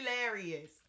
hilarious